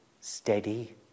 steady